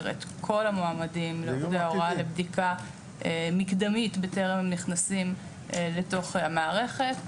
את כל המועמדים לומדי ההוראה לבדיקה מקדמית בטרם הם נכנסים לתוך המערכת.